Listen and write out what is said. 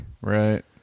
right